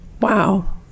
Wow